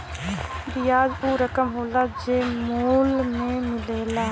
बियाज ऊ रकम होला जे मूल पे मिलेला